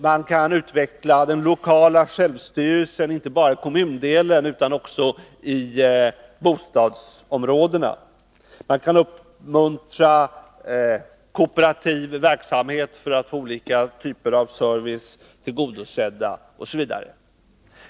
Man kan utveckla den lokala självstyrelsen, inte bara i kommundelar utan också i bostadsområdena. Man kan uppmuntra kooperativ verksamhet för att behovet av olika typer av service skall tillgodoses osv.